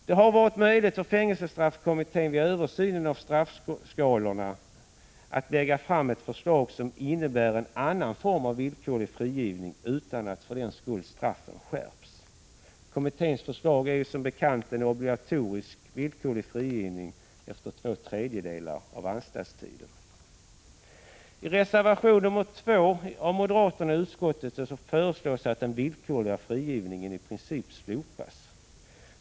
Det har varit möjligt för fängelsestraffkommittén, vid översynen av straffskalorna, att lägga fram ett förslag som innebär en annan form av villkorlig frigivning utan att för den skull straffen skärps. Kommitténs förslag innebär som bekant obligatorisk villkorlig frigivning efter två tredjedelar av anstaltstiden. I reservation 2 av moderaterna i utskottet föreslås att den villkorliga frigivningen i princip slopas.